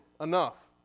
enough